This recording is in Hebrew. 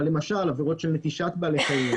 אבל, למשל, עבירות של נטישת בעלי חיים,